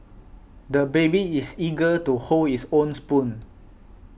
the baby is eager to hold his own spoon